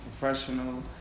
professional